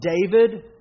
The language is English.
David